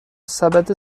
سبد